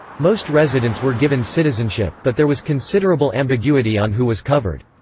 most residents were given citizenship, but there was considerable ambiguity on who was covered.